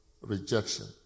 rejection